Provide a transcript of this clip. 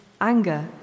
anger